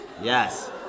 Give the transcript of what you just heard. Yes